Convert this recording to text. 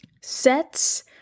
sets